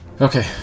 Okay